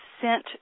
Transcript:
sent